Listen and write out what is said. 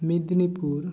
Midnapore